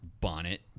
bonnet